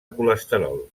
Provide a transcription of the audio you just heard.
colesterol